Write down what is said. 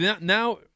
now